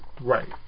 Right